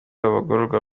abagororwa